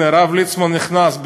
הנה, הרב ליצמן נכנס.